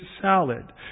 salad